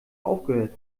aufgehört